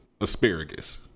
asparagus